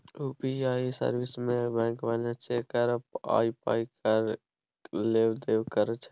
UPI service मे bank balance check करब आ पाइ केर लेब देब करब छै